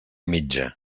mitja